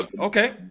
okay